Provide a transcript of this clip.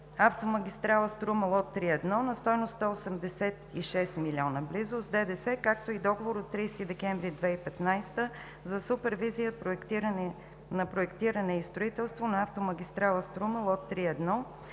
автомагистрала „Струма“ лот 3.1 на стойност близо 186 млн. лв. с ДДС, както и договор от 30 декември 2015 г. за супервизия на проектиране и строителство на автомагистрала „Струма“, лот 3.1